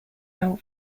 out